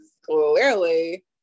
clearly